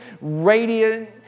radiant